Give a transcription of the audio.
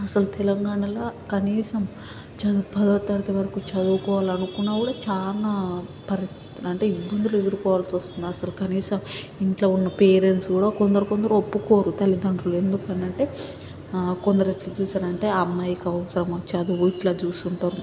అసలు తెలంగాణాలో కనీసం చదువ్ పదో తరగతి వరకు చదువుకోవాలి అనుకున్నా కూడా చాలా పరిస్థి అంటే ఇబ్బందులు ఎదుర్కోవాల్సి వస్తుంది అసలు కనీసం ఇంట్లో ఉన్న పేరెంట్స్ కూడా కొందరు కొందరు ఒప్పుకోరు తల్లిదండ్రులు ఎందుకు అని అంటే కొందరి సిట్యుయేషన్ అంటే ఆ అమ్మాయికి అవసరమా చదువు ఇట్లా చూసుకుంటారు